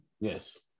Yes